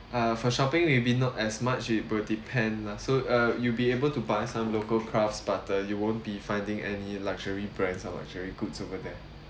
uh for shopping maybe not as much it will depend lah so uh you'll be able to buy some local crafts butter you won't be finding any luxury brands or luxury goods over there